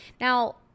now